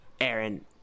Aaron